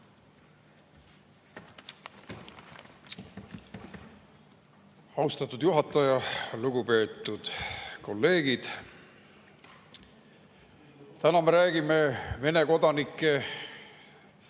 Austatud juhataja! Lugupeetud kolleegid! Täna me räägime Vene kodanike